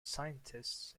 scientists